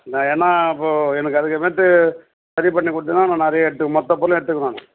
என்ன ஏன்னா இப்போ எனக்கு அதுக்கு ரேட்டு சரி பண்ணி கொடுத்தினா நான் நிறையா எடுத்து மொத்த பொருளையும் எடுத்துக்குவேன் நான்